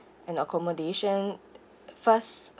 and accommodation first